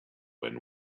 when